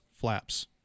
flaps